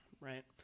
right